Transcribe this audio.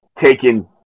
taken